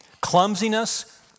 Clumsiness